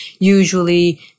usually